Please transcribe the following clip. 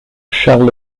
charles